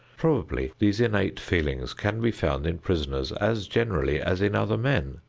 probably these innate feelings can be found in prisoners as generally as in other men.